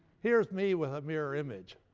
here's me with a mirror image.